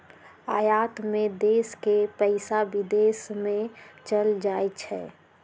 आयात में देश के पइसा विदेश में चल जाइ छइ